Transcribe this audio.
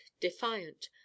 defiant